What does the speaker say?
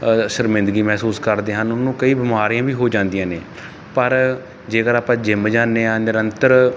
ਸ਼ਰਮਿੰਦਗੀ ਮਹਿਸੂਸ ਕਰਦੇ ਹਨ ਉਹਨੂੰ ਕਈ ਬਿਮਾਰੀਆਂ ਵੀ ਹੋ ਜਾਂਦੀਆਂ ਨੇ ਪਰ ਜੇਕਰ ਆਪਾਂ ਜਿਮ ਜਾਨੇ ਹਾਂ ਨਿਰੰਤਰ